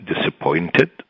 disappointed